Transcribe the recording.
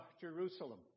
Jerusalem